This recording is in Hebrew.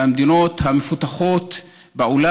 מהמדינות המפותחות בעולם.